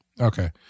okay